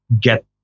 get